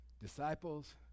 Disciples